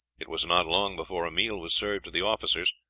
it was not long before a meal was served to the officers,